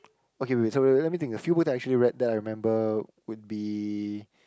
okay wait wait so wait let me think the few books that I actually read that I remember would be